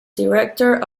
director